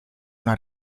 una